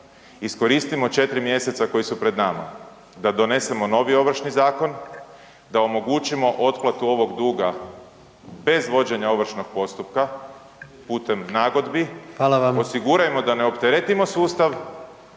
iskoristimo 4 mjeseca koji su pred nama da donesemo novi Ovršni zakon da omogućimo otplatu ovog duga bez vođenja ovršnog postupka putem nagodbi …/Upadica: Hvala vam./… osigurajmo da ne opteretimo sustav